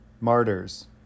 martyrs